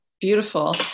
beautiful